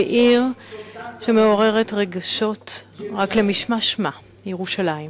בעיר שמעוררת רגשות רק למשמע שמה, ירושלים.